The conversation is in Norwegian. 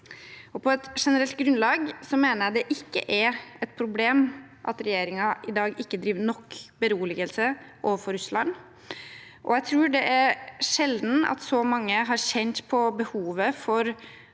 På et generelt grunnlag mener jeg det ikke er et problem at regjeringen i dag ikke driver nok beroligelse overfor Russland. Jeg tror det er sjelden at så mange har kjent på behovet for